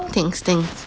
thanks thanks